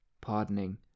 pardoning